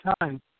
time